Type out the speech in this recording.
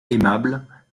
aimable